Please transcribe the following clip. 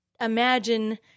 imagine